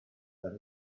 that